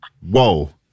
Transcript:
whoa